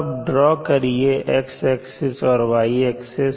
अब ड्रॉ करिए X axis और Y एक्सिस